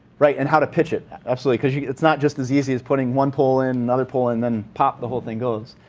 right. and how to pitch it. absolutely. because it's not just as easy as putting one pole in, another pole in, and then pop, the whole thing goes.